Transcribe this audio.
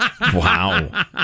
Wow